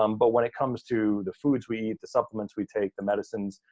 um but when it comes to the foods we eat, the supplements we take, the medicines,